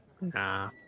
Nah